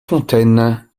fontaines